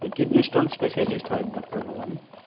kidney stone specialist হয় doctor Bhabani